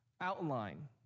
outline